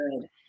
good